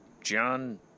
John